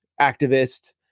activist